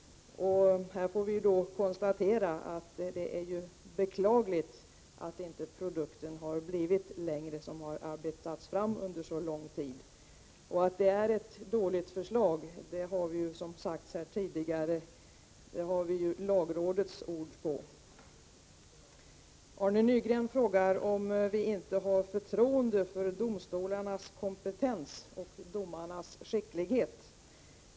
Här får vi konstatera att det är beklagligt att produkten inte har blivit bättre, när den har arbetats fram under så lång tid. Och att det är ett dåligt förslag har vi, som det har sagts här tidigare, lagrådets ord på. Arne Nygren frågar om vi inte har förtroende för domstolarnas kompetens och domarnas skicklighet.